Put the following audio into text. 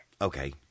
okay